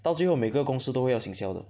到最后每个公司都会要营销的